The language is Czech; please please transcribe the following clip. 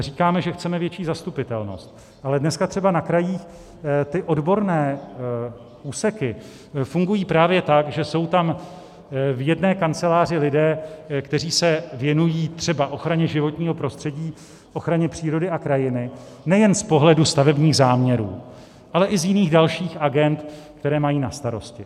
Říkáme, že chceme větší zastupitelnost, ale dneska třeba na krajích ty odborné úseky fungují právě tak, že jsou tam v jedné kanceláři lidé, kteří se věnují třeba ochraně životního prostředí, ochraně přírody a krajiny nejen z pohledu stavebních záměrů, ale i z jiných dalších agend, které mají na starosti.